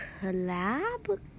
collab